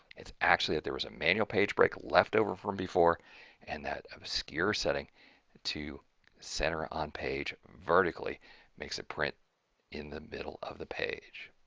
it's actually that there was a manual page break left over from before and that obscure setting to center on page vertically makes it print in the middle of the page.